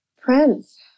Prince